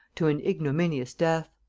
to an ignominious death.